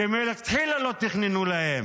שמלכתחילה לא תכננו להם,